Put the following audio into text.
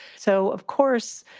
so, of course,